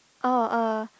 oh uh